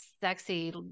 sexy